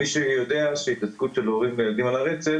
מי שיודע את ההתעסקות של הורים לילדים על הרצף